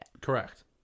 Correct